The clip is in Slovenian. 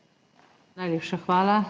Najlepša hvala.